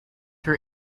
her